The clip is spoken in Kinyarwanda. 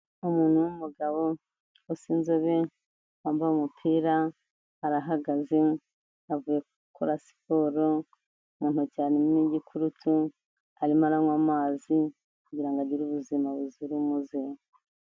Umuntu w'umugabo usa inzobe wambaye umupira arahagaze avuye gukora siporo mu ntoki harimo igikurutu arimo aranywa amazi kugira ngo agire ubuzima buzira umuze.